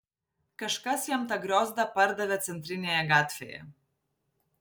kažkas jam tą griozdą pardavė centrinėje gatvėje